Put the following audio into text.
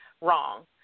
wrong